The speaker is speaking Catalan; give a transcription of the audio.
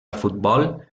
futbol